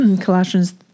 Colossians